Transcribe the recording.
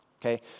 okay